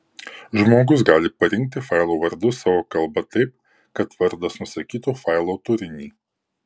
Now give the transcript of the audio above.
žmogus gali parinkti failų vardus savo kalba taip kad vardas nusakytų failo turinį